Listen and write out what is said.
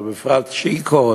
ובפרט צ'יקו,